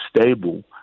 stable